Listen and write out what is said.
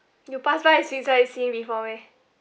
you pass by a suicide scene before meh